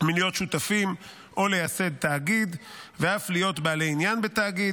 מלהיות שותפים או לייסד תאגיד ואף להיות בעלי עניין בתאגיד,